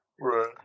Right